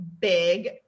big